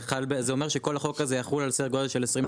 זה אומר שכל החוק הזה יחול על סדר גודל של 20,